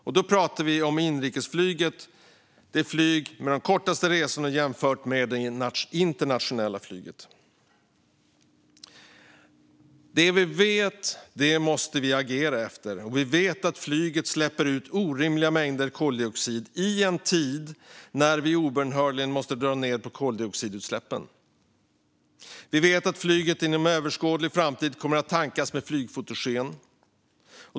Och då pratar vi om inrikesflyg, alltså korta resor jämfört med det internationella flyget. Det vi vet måste vi agera efter. Vi vet att flyget släpper ut orimliga mängder koldioxid i en tid när vi obönhörligen måste dra ned på koldioxidutsläppen. Vi vet att flyget inom överskådlig framtid kommer att tankas med flygfotogen.